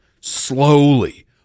slowly